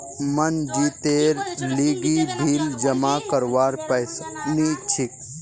मनजीतेर लीगी बिल जमा करवार पैसा नि छी